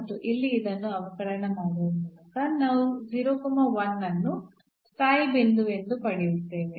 ಮತ್ತು ಇಲ್ಲಿ ಇದನ್ನು ಅವಕಲನ ಮಾಡುವ ಮೂಲಕ ನಾವು ಅನ್ನು ಸ್ಥಾಯಿ ಬಿಂದು ಎಂದು ಪಡೆಯುತ್ತೇವೆ